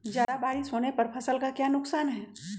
ज्यादा बारिस होने पर फसल का क्या नुकसान है?